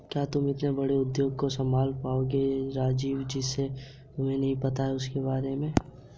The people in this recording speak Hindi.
क्या तुम इतने बड़े उद्योग को संभाल पाओगे राजीव?